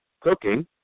cooking